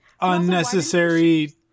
Unnecessary